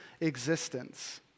existence